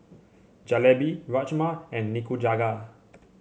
Jalebi Rajma and Nikujaga